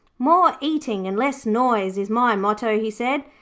more eating and less noise is my motto he said,